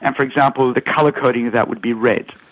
and for example, the colour coding of that would be red.